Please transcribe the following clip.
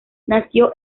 nació